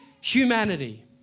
humanity